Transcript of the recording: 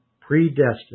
predestined